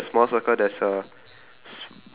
then after that it's a smaller wheel